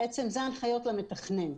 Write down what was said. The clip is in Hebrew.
אלה בעצם הנחיות למתכנן.